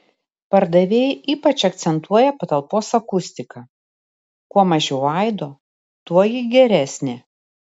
pardavėjai ypač akcentuoja patalpos akustiką kuo mažiau aido tuo ji geresnė